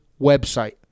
website